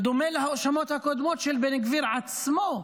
בדומה להאשמות הקודמות של בן גביר עצמו,